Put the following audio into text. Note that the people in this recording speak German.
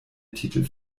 titel